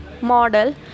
model